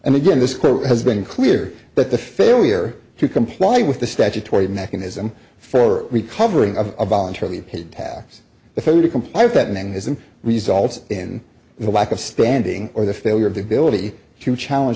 and again this has been clear that the failure to comply with the statutory mechanism for recovering a voluntarily paid tax deferred to comply with that name is a result in the lack of standing or the failure of the ability to challenge